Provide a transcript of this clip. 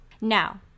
Now